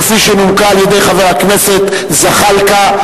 כפי שנומקה על-ידי חבר הכנסת זחאלקה.